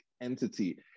entity